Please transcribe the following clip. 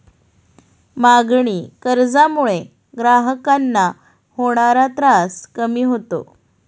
मागणी कर्जामुळे ग्राहकांना होणारा त्रास कमी होतो